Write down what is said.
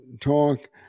talk